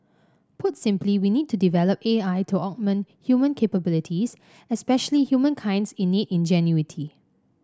put simply we need to develop A I to augment human capabilities especially humankind's innate ingenuity